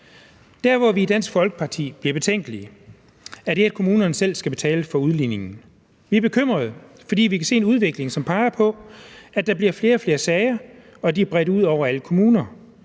Der, hvor vi i Dansk Folkeparti bliver betænkelige, er, når kommunerne selv skal betale for udligningen. Vi er bekymrede, fordi vi kan se en udvikling, som peger på, at der bliver flere og flere sager, og at de er bredt ud over alle kommuner.